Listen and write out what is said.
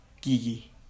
Gigi